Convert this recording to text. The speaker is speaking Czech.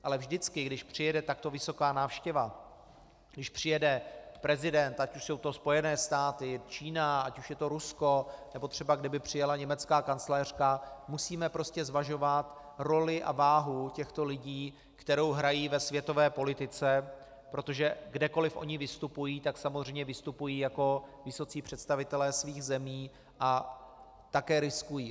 Ale vždycky když přijede takto vysoká návštěva, když přijede prezident, ať už jsou to Spojené státy, Čína, ať už je to Rusko, nebo třeba kdyby přijela německá kancléřka, musíme prostě zvažovat roli a váhu těchto lidí, kterou hrají ve světové politice, protože kdekoli oni vystupují, tak samozřejmě vystupují jako vysocí představitelé svých zemí a také riskují.